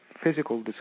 physical